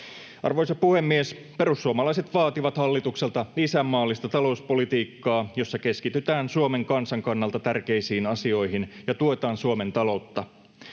Arvoisa puhemies! Perussuomalaiset vaativat hallitukselta isänmaallista talouspolitiikkaa, jossa keskitytään Suomen kansan kannalta tärkeisiin asioihin ja tuetaan Suomen ta-loutta.